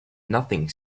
nothing